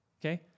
Okay